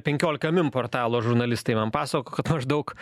penkiolika min portalo žurnalistai man pasakojo kad maždaug